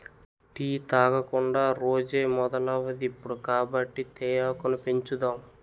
tea తాగకుండా రోజే మొదలవదిప్పుడు కాబట్టి తేయాకును పెంచుదాం